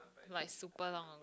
like super long